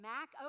Mac